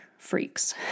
freaks